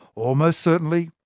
almost certainly,